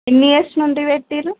ఎన్ని ఇయర్స్ నుండి పెట్టారు